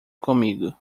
comigo